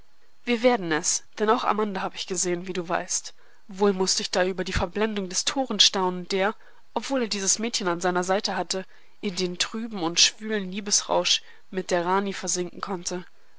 mir werden es denn auch amanda hab ich gesehen wie du weißt wohl mußte ich da über die verblendung des toren staunen der obwohl er dieses mädchen an seiner seite hatte in den trüben und schwülen liebesrausch mit der rani versinken konnte